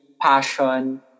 passion